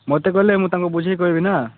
ମୋତେ କହିଲେ ମୁଁ ତାଙ୍କୁ ବୁଝାଇ କହିବି ନା